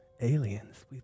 aliens